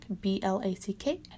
B-L-A-C-K